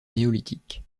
néolithique